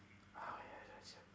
ah yeah that's it